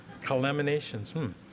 Calaminations